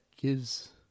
gives